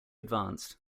advanced